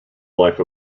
life